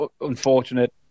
unfortunate